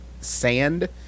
sand